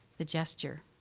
the gesture.